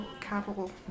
capital